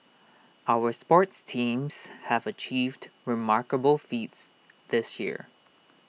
our sports teams have achieved remarkable feats this year